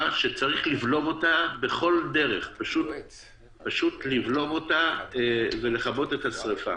שצריך לבלום אותה בכל דרך פשוט לבלום אותה ולכבות את השריפה.